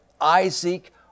Isaac